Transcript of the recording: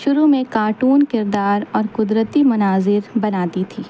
شروع میں کارٹون کردار اور قدرتی مناظر بناتی تھی